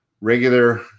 regular